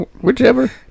Whichever